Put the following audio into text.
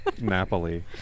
Napoli